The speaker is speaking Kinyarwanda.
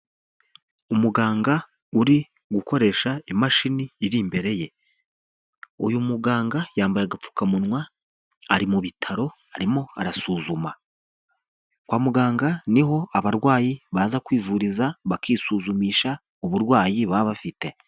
Umuganga uri gukoresha imashini iri imbere ye, uyu muganga yambaye agapfukamunwa ari mu bitaro arimo arasuzuma, kwa muganga niho abarwayi baza kwivuriza bakisuzumisha uburwayi baba bafite.